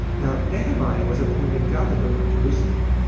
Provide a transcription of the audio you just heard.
you know nehemiah was appointed governor of jerusalem.